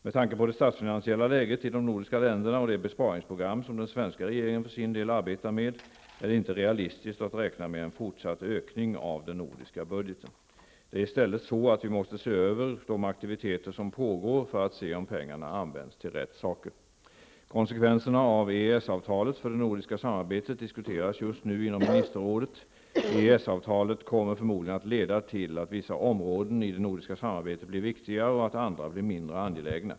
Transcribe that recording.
Med tanke på det statsfinansiella läget i de nordiska länderna och det besparingsprogram som den svenska regeringen för sin del arbetar med är det inte realistiskt att räkna med en fortsatt ökning av den nordiska budgeten. Det är i stället så att vi måste se över de aktiviteter som pågår för att se om pengarna används till rätt saker. Konsekvenserna av EES-avtalet för det nordiska samarbetet diskuteras just nu inom ministerrådet. EES-avtalet kommer förmodligen att leda till att vissa områden i det nordiska samarbetet blir viktigare och att andra blir mindre angelägna.